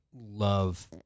love